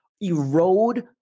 erode